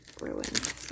ruined